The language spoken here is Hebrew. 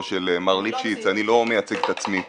של מר ליפשיץ אני לא מייצג את עצמי פה.